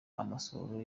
amasohoro